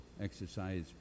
exercise